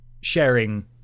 sharing